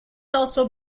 also